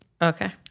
Okay